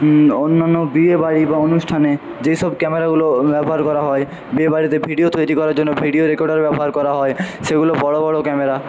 অন্যান্য বিয়েবাড়ি বা অনুষ্ঠানে যেসব ক্যামেরাগুলো ব্যবহার করা হয় বিয়েবাড়িতে ভিডিও তৈরি করার জন্য ভিডিও রেকর্ডার ব্যবহার করা হয় সেগুলো বড়ো বড়ো ক্যামেরা